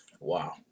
Wow